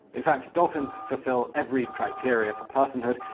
in fact, dolphins fulfill every criteria for personhood,